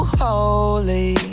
holy